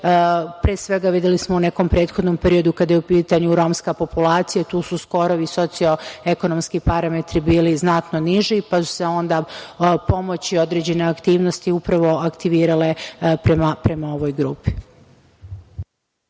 svega videli smo u nekom prethodnom periodu kada je u pitanju romska populacija, tu su skorovi socioekonomski parametri bili znatno niži, pa su se onda pomoć i određene aktivnosti upravo aktivirale prama ovoj grupi.